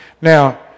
Now